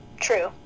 true